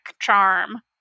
charm